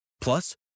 Plus